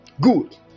good